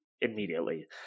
immediately